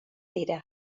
dira